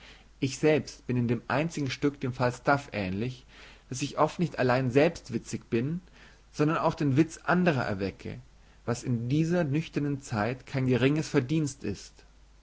ich selbst bin in dem einzigen stück dem falstaff ähnlich daß ich oft nicht allein selbst witzig bin sondern auch den witz anderer erwecke was in dieser nüchternen zeit kein geringes verdienst ist